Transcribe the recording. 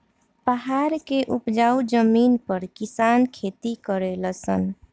पहाड़ के उपजाऊ जमीन पर किसान खेती करले सन